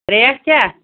ریٹھ کیٛاہ